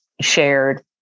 shared